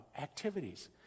activities